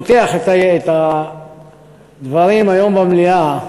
פותח את הדברים היום במליאה